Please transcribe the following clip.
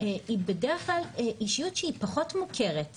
היא בדרך כלל אישיות שהיא פחות מוכרת בשוטף.